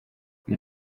wir